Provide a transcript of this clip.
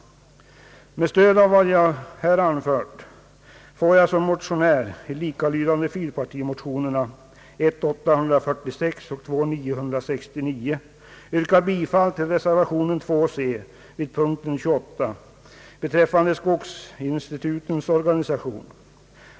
Med stöd av vad jag anfört får jag som motionär i de likalydande fyrpartimotionerna 1I:846 och II:969 yrka bifall till reservationen 2 c vid punkten 28 beträffande skogsinstitutens organisation.